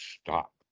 stop